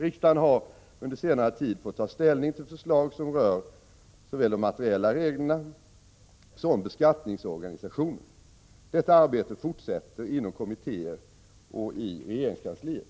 Riksdagen har under senare tid fått ta ställning till förslag som rör såväl de materiella reglerna . Detta arbete fortsätter inom kommittéer och i regeringskansliet.